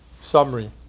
summary